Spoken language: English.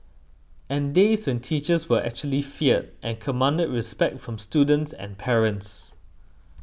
and days when teachers were actually feared and commanded respect from students and parents